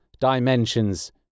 dimensions